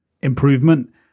improvement